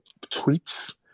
tweets